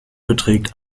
beträgt